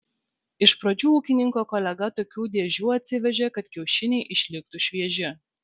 iš pradžių ūkininko kolega tokių dėžių atsivežė kad kiaušiniai išliktų švieži